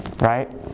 right